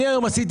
אני הבוקר עשיתי